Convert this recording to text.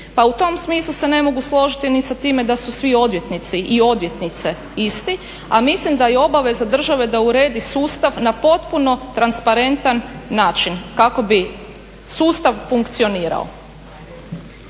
Pa u tom smislu se ne mogu složiti ni sa time da su svi odvjetnici i odvjetnice isti. A mislim da je obaveza države da uredi sustav na potpuno transparentan način kako bi sustav funkcionirao.